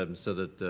um so that